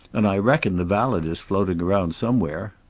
and i reckon the valet is floating around somewhere.